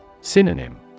Synonym